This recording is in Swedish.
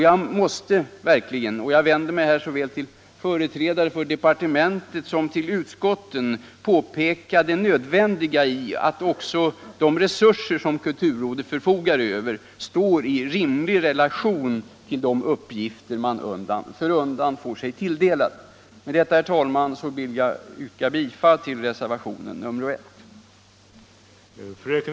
Jag måste verkligen, och jag vänder mig här såväl till företrädare för departementet som till utskottet, påpeka det nödvändiga i att de resurser som kulturrådet förfogar över också står i rimlig relation till de uppgifter rådet undan för undan får sig tilldelade. Med detta, herr talman, ber jag att få yrka bifall till reservationen